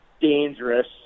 dangerous